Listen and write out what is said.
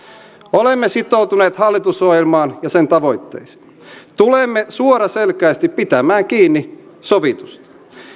olemme sitoutuneet hallitusohjelmaan ja sen tavoitteisiin tulemme suoraselkäisesti pitämään kiinni sovitusta